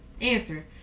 answer